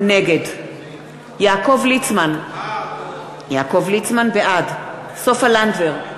נגד יעקב ליצמן, בעד סופה לנדבר,